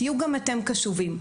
תהיו גם אתם קשובים.